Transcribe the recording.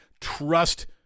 Trust